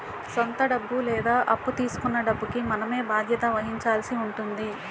సొంత డబ్బు లేదా అప్పు తీసుకొన్న డబ్బుకి మనమే బాధ్యత వహించాల్సి ఉంటుంది